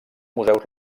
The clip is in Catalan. museus